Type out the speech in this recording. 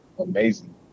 amazing